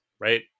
right